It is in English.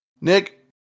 Nick